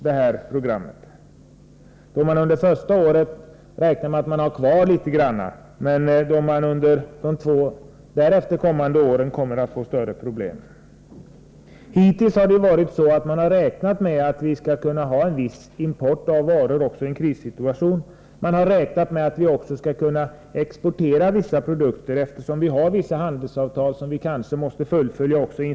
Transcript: Under det första året kan man räkna med att vi har kvar något av dessa produkter, men under de därefter följande två åren kommer det att uppstå större problem. Hittills har man räknat med att vi skall kunna upprätthålla en viss import av tekoprodukter också i en krissituation. Man har också räknat med att vi även i en sådan situation skall kunna exportera vissa produkter, eftersom de handelsavtal vi har kanske måste fullföljas.